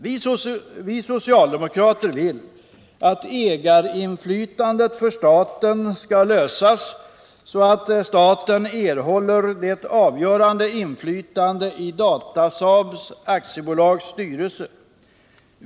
Vi socialdemokrater vill att ägarinflytandet för staten skall lösas så, att staten erhåller det avgörande inflytandet i Datasaab AB:s styrelse.